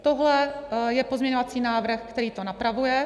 Tohle je pozměňovací návrh, který to napravuje.